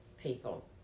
people